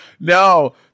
No